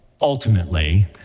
ultimately